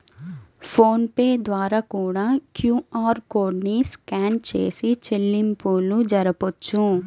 phone pay ద్వారా కూడా QR code ని స్కాన్ చేసి చెల్లింపులు జరపొచ్చు